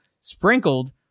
sprinkled